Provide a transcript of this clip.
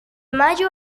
mayo